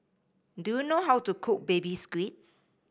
do you know how to cook Baby Squid